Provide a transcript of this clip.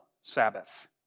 Sabbath